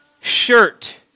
shirt